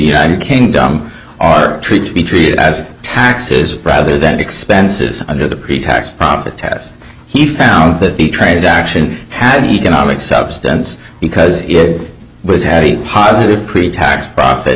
united kingdom are treated be treated as taxes rather than expenses under the pretax profit test he found that the transaction had an economic substance because it was had a positive pretax profit